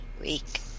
week